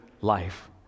life